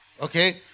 Okay